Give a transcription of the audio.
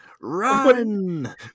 run